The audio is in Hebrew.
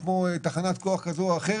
תחנות כוח ועוד.